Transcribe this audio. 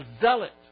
zealot